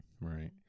right